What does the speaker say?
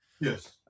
Yes